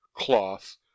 cloth